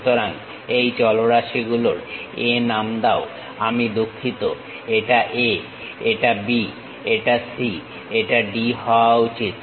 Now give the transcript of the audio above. সুতরাং এই চলরাশিগুলোর A নাম দাও আমি দুঃখিত এটা A এটা B এটা C এটা D হওয়া উচিত